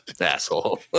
Asshole